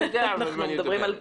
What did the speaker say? אני יודע על מה אני מדבר.